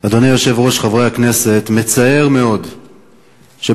אדוני היושב-ראש, חברי הכנסת, מצער מאוד שבכל